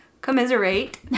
commiserate